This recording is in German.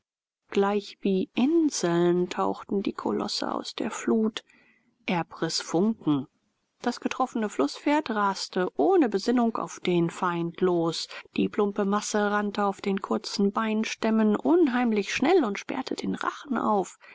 gleichwie inseln tauchten die kolosse aus der flut erb riß funken das getroffene flußpferd raste ohne besinnen auf den feind los die plumpe masse rannte auf den kurzen beinstämmen unheimlich schnell und sperrte den rachen auf